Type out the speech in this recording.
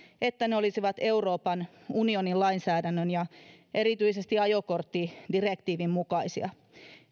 että ne olisivat euroopan unionin lainsäädännön ja erityisesti ajokorttidirektiivin mukaisia